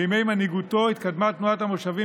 בימי מנהיגותו התקדמה תנועת המושבים